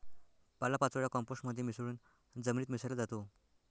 पालापाचोळा कंपोस्ट मध्ये मिसळून जमिनीत मिसळला जातो